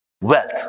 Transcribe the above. wealth